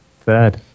Third